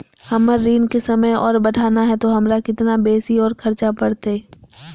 हमर ऋण के समय और बढ़ाना है तो हमरा कितना बेसी और खर्चा बड़तैय?